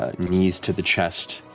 ah knees to the chest,